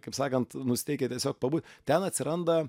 kaip sakant nusiteikę tiesiog pabūt ten atsiranda